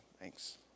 Thanks